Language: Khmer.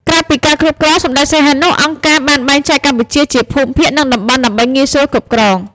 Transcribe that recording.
ក្រៅពីការគ្រប់គ្រងសម្តេចសីហនុ អង្គការបានបែងចែកកម្ពុជាជាភូមិភាគ និងតំបន់ដើម្បីងាយស្រួលគ្រប់គ្រង។